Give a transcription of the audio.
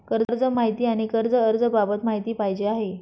कर्ज माहिती आणि कर्ज अर्ज बाबत माहिती पाहिजे आहे